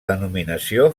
denominació